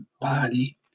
body